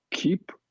Keep